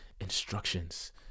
instructions